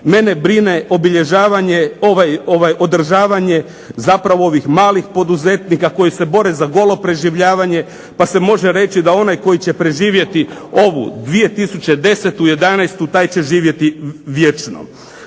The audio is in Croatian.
mene brine održavanje ovih malih poduzetnika koji se bore za golo preživljavanje pa se može reći da onaj koji će preživjeti ovu 2010., '11. taj će živjeti vječno.